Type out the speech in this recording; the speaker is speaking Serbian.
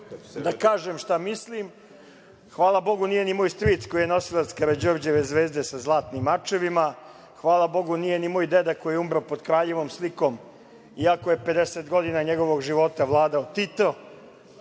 da kažem šta mislim. Hvala Bogu nije ni moj stric koji je nosilac Karađorđeve zvezde sa zlatnim mačevima. Hvala Bogu nije ni moj deda koji je umro pod kraljevom slikom iako je 50 godina njegovog života vladao Tito.